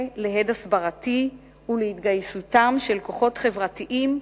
להד הסברתי ולהתגייסותם של כוחות חברתיים,